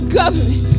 government